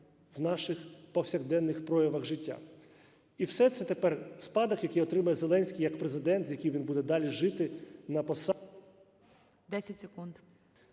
10 секунд.